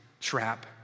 trap